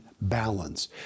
balance